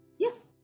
Yes